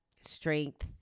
strength